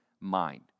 mind